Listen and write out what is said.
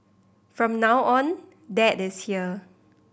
from now on dad is here